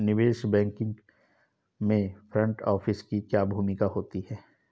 निवेश बैंकिंग में front office की क्या भूमिका होती है?